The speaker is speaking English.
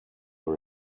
are